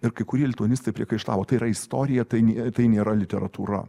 ir kai kurie lituanistai priekaištavo tai yra istorija tai ne tai nėra literatūra